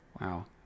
Wow